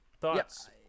Thoughts